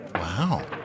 Wow